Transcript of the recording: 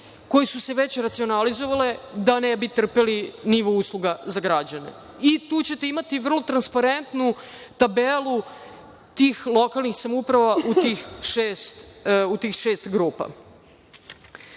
koje su se već racionalizovale da ne bi trpeli nivo usluga za građane. Tu ćete imati vrlo transparentnu tabelu tih lokalnih samouprava u tih šest grupa.